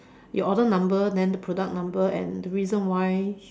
your order number then the product number and the reason why you